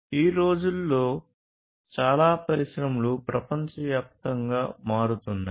ఈ రోజుల్లో చాలా పరిశ్రమలు ప్రపంచవ్యాప్తంగా మారుతున్నాయి